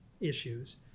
issues